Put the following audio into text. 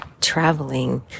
traveling